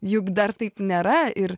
juk dar taip nėra ir